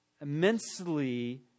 immensely